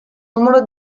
numero